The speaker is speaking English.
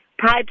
pipes